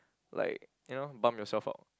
like you know bump yourself out